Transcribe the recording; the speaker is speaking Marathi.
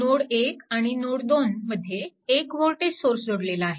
नोड 1 आणि नोड 2 मध्ये एक वोल्टेज सोर्स जोडलेला आहे